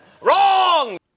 Wrong